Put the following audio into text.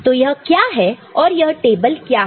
तो यह क्या है और यह टेबल क्या है